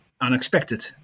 unexpected